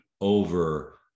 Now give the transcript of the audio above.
over-